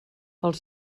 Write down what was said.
els